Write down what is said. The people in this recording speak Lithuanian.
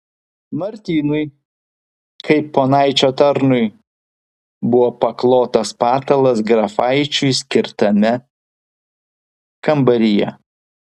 martynui kaip ponaičio tarnui buvo paklotas patalas grafaičiui skirtame kambaryje